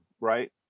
right